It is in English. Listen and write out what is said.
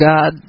God